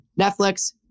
Netflix